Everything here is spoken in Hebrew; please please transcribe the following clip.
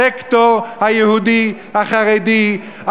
הסקטור היהודי, החרדי.